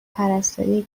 پرستاری